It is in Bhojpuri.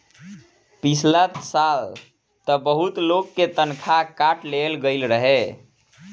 पिछला साल तअ बहुते लोग के तनखा काट लेहल गईल रहे